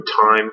time